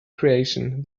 creation